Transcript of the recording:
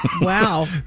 Wow